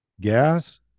gas